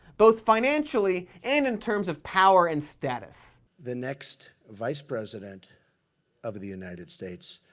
both financially and in terms of power and status? the next vice president of the united states,